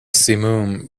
simum